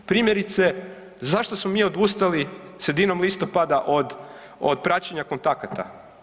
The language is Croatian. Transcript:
Primjerice, zašto smo mi odustali sredinom listopada od, od praćenja kontakata?